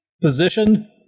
position